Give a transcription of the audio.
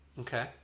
Okay